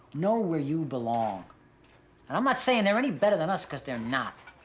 know where you belong. and i'm not saying they're any better than us, cause they're not.